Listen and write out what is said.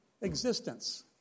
existence